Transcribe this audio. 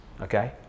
okay